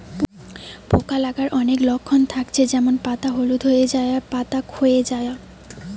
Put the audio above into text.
পোকা লাগার অনেক লক্ষণ থাকছে যেমন পাতা হলুদ হয়ে যায়া, পাতা খোয়ে যায়া